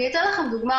אתן לכם דוגמה,